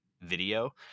video